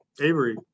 Avery